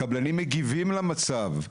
הקבלנים מגיבים למצב.